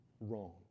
wrong